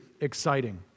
exciting